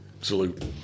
salute